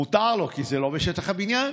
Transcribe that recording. מותר לו, כי זה לא בשטח הבניין.